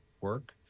work